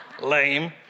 lame